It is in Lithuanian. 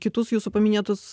kitus jūsų paminėtus